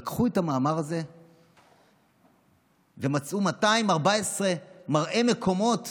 לקחו את המאמר הזה ומצאו 214 מראי מקומות